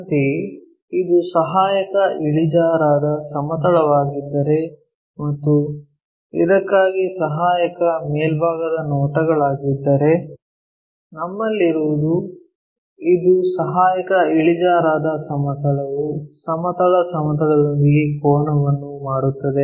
ಅಂತೆಯೇ ಇದು ಸಹಾಯಕ ಇಳಿಜಾರಾದ ಸಮತಲವಾಗಿದ್ದರೆ ಮತ್ತು ಇದಕ್ಕಾಗಿ ಸಹಾಯಕ ಮೇಲ್ಭಾಗದ ನೋಟಗಳಾಗಿದ್ದರೆ ನಮ್ಮಲ್ಲಿರುವುದು ಇದು ಸಹಾಯಕ ಇಳಿಜಾರಾದ ಸಮತಲವು ಸಮತಲ ಸಮತಲದೊಂದಿಗೆ ಕೋನವನ್ನು ಮಾಡುತ್ತದೆ